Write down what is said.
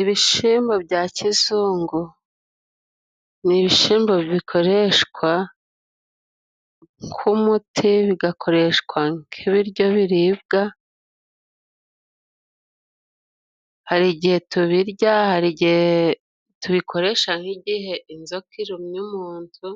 Ibishimbo bya kizungu ni ibishimbo bikoreshwa nk'umuti, bigakoreshwa nk'ibiryo biribwa, Hari igihe tubirya, hari igihe tubikoresha nk'igihe inzoka irumye umuntu